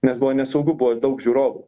nes buvo nesaugu buvo daug žiūrovų